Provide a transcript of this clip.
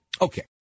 Okay